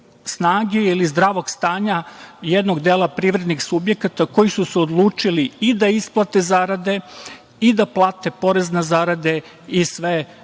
ili zdravog stanja jednog dela privrednih subjekata koji su se odlučili i da isplate zarade i da plate porez na zarade i sve doprinose